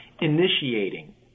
initiating